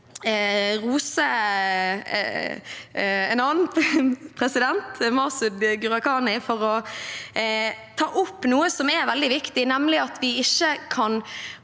rose en annen president, Masud Gharahkhani, for å ta opp noe som er veldig viktig, nemlig at vi ikke kan